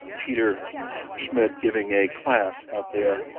peter schmidt giving a class out there,